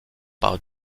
par